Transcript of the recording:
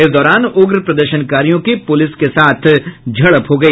इस दौरान उग्र प्रदर्शनकारियों की पुलिस के साथ झड़प हो गई